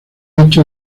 hecho